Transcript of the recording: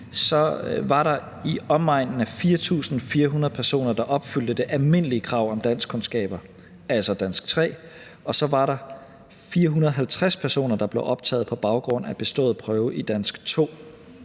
så var der i omegnen af 4.400 personer, der opfyldte det almindelige krav om danskkundskaber, altså bestået prøve i dansk 3, og så var der 450 personer, der blev optaget på baggrund af bestået prøve i dansk 2.